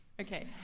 Okay